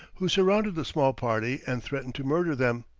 who surrounded the small party and threatened to murder them.